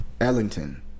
Ellington